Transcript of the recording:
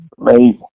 Amazing